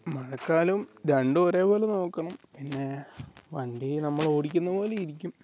മഴക്കാലവും രണ്ടും ഒരേപോലെ നോക്കണം പിന്നെ വണ്ടി നമ്മൾ ഓടിക്കുന്നപോലെ ഇരിക്കും